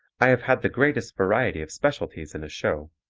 i have had the greatest variety of specialties in a show.